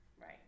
Right